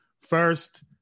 First